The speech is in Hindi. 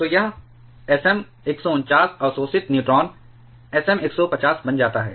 तो यह Sm 149 अवशोषित न्यूट्रॉन Sm 150 बन जाता है